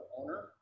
owner